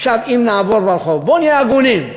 עכשיו אם נעבור ברחוב, בואו נהיה הגונים,